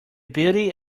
beauty